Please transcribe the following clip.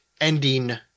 ending